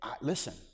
Listen